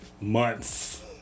months